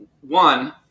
One